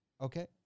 Okay